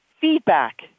feedback